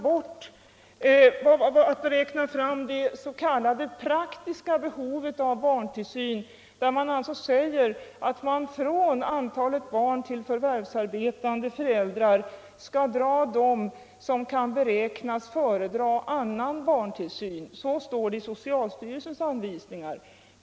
För att räkna fram det s.k. praktiska behovet av barntillsyn säger socialstyrelsen att från antalet barn till förvärvsarbetande föräldrar skall dras de som kan beräknas föredra annan barntillsyn. Så står det i socialstyrelsens anvisningar.